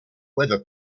weather